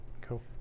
Cool